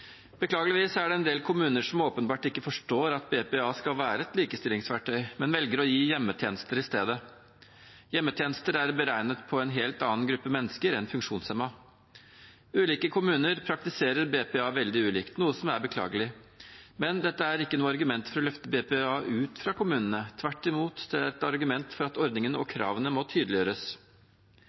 Beklageligvis er det en del kommuner som åpenbart ikke forstår at BPA skal være et likestillingsverktøy, men velger å gi hjemmetjenester i stedet. Hjemmetjenester er beregnet på en helt annen gruppe mennesker enn funksjonshemmede. Ulike kommuner praktiserer BPA veldig ulikt, noe som er beklagelig, men dette er ikke noe argument for å løfte BPA ut av kommunene. Tvert imot: Det er et argument for at ordningen og kravene må tydeliggjøres.